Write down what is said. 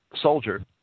soldier